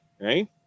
right